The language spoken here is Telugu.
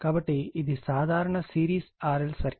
కాబట్టి ఇది సాధారణ సిరీస్ RLC సర్క్యూట్